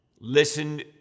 Listen